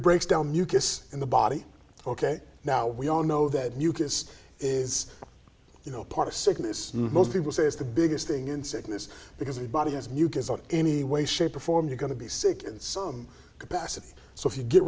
breaks down mucus in the body ok now we all know that mucus is you know part of sickness most people say is the biggest thing in sickness because the body has mucus on any way shape or form you're going to be sick in some capacity so if you get